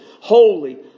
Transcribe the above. holy